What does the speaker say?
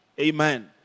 Amen